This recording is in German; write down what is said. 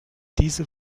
diese